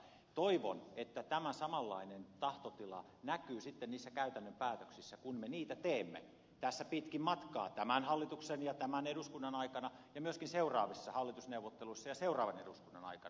toivon että tämä samanlainen tahtotila näkyy sitten niissä käytännön päätöksissä kun me niitä teemme tässä pitkin matkaa tämän hallituksen ja tämän eduskunnan aikana ja myöskin seuraavissa hallitusneuvotteluissa ja seuraavan eduskunnan aikana